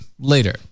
later